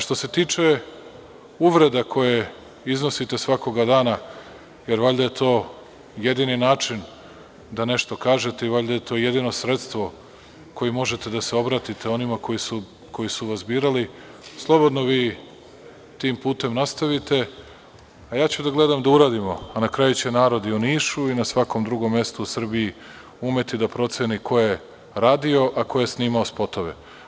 Što se tiče uvreda koje iznosite svakog dana, jer valjda je to jedini način da nešto kažete i valjda je to jedino sredstvo kojim možete da se obratite onima koji su vas birali, slobodno vi tim putem nastavite, a ja ću da gledam da uradimo, a na kraju će narod i u Nišu i na svakom drugom mestu u Srbiji umeti da proceni ko je radio, a ko je snimao spotove.